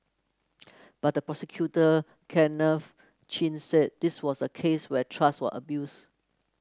but the prosecutor Kenneth Chin said this was a case where trust were abused